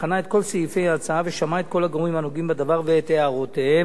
בחנה את כל סעיפי ההצעה ושמעה את כל הגורמים הנוגעים בדבר ואת הערותיהם.